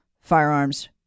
firearms